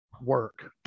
work